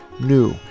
new